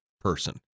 person